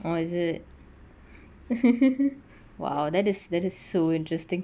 oh is it !wow! that is that is so interesting